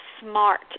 smart